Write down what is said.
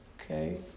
Okay